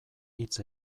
hitz